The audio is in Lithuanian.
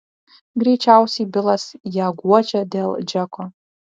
greičiausiai bilas ją guodžia dėl džeko